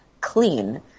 clean